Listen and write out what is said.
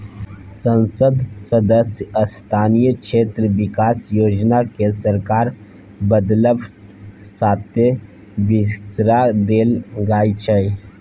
संसद सदस्य स्थानीय क्षेत्र बिकास योजना केँ सरकार बदलब साथे बिसरा देल जाइ छै